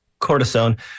cortisone